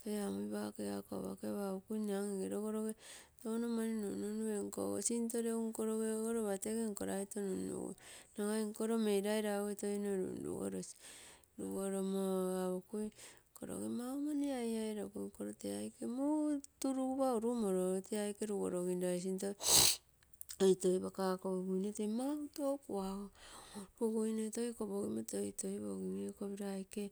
toi gamui pake igako apakepio, apokui mne amm ege logoro ge touno mani nunnunnu enko ogo touno mani nunnum sinto regu nkologe oge lopa tee nko raito nunnugui nagai nkolo meirai lagu toi nno runrugoiogi, rugo romo apokui mau mani aiairokui. nkoio tee aike muu turugu pa urumoro, rugo rosiraiogo sinto toi toi pukago gi guine tee mau tou kuago lopata kopogiguine toi koposimo toitoi pogim ekopira aike.